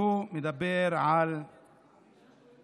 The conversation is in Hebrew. הוא מדבר ומאשים